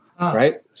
right